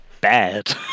bad